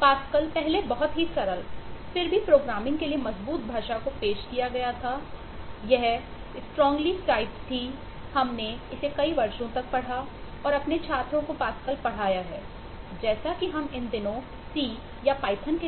pascal के